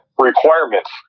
requirements